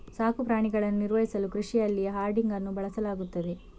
ಸಾಕು ಪ್ರಾಣಿಗಳನ್ನು ನಿರ್ವಹಿಸಲು ಕೃಷಿಯಲ್ಲಿ ಹರ್ಡಿಂಗ್ ಅನ್ನು ಬಳಸಲಾಗುತ್ತದೆ